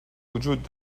وجود